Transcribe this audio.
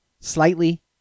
slightly